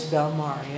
Belmar